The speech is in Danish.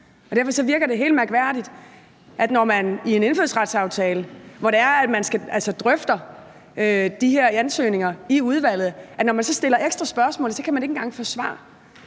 derfor virker det helt mærkværdigt, at man har en indfødsretsaftale, men når man så drøfter de her ansøgninger i udvalget og stiller ekstra spørgsmål, så kan man ikke engang få svar